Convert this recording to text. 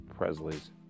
Presley's